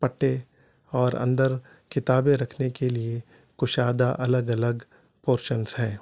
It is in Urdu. پٹے اور اندر کتابیں رکھنے کے لیے کشادہ الگ الگ پورشنس ہیں